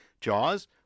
Jaws